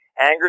Anger